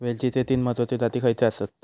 वेलचीचे तीन महत्वाचे जाती खयचे आसत?